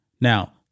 Now